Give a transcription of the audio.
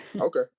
okay